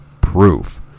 proof